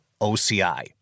OCI